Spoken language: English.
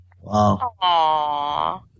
Wow